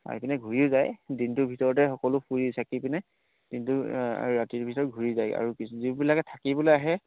আহি পিনে ঘূৰিও যায় দিনটোৰ ভিতৰতে সকলো ফুৰি চাকি পিনে দিনটো ৰাতিৰ ভিতৰত ঘূৰি যায় আৰু কিছু যিবিলাকে থাকিবলৈ আহে